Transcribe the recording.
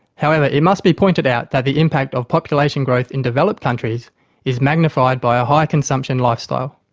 however, it must be pointed out that the impact of population growth in developed countries is magnified by a high-consumption lifestyle.